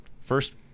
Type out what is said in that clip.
First